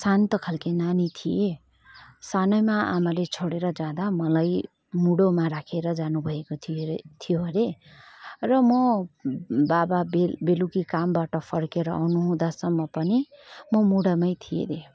शान्त खालकी नानी थिएँ सानैमा आमाले छोडेर जाँदा मलाई मुडोमा राखेर जानुभएको थियो अरे थियो अरे र म बाबा बेलुका कामबाट फर्केर आउनु हुँदासम्म पनि म मुडामै थिएँ अरे